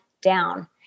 down